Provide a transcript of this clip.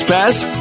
Pass